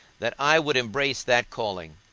that i would embrace that calling.